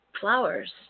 flowers